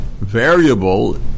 variable